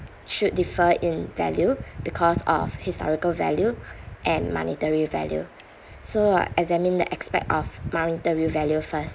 should differ in value because of historical value and monetary value so I'll examine the aspect of monetary value first